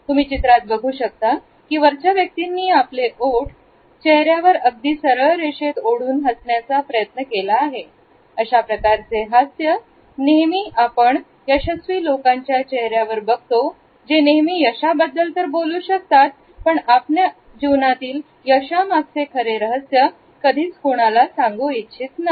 तुम्ही चित्रात बघू शकता की वरच्या व्यक्तींनी आपले ओढ चेहऱ्यावर अगदी सरळ रेषेत ओढून हसण्याचा प्रयत्न केला आहे अशा प्रकारचे हास्य आपण नेहमी यशस्वी लोकांच्या चेहऱ्यावर बघतो जे नेहमी यशाबद्दल बोलू शकतात पण आपल्या जीवनातील यशा मागचे खरे रहस्य कधीच कोणाला सांगू इच्छित नाही